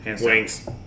Wings